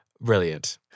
Brilliant